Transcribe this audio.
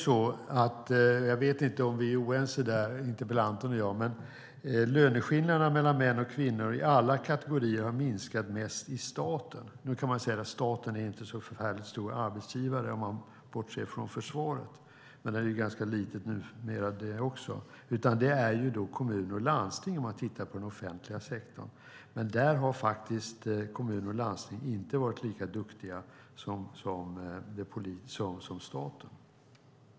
Jag vet inte om interpellanten och jag är oense här, men löneskillnaderna mellan män och kvinnor i alla kategorier har minskat mest i staten. Nu kan man säga att staten inte är en så förfärligt stor arbetsgivare om man bortser från försvaret, men det är ganska litet också numera. Det är kommuner och landsting som är de största arbetsgivarna i den offentliga sektorn. Men kommuner och landsting har inte varit lika duktiga som staten.